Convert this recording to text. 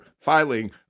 filing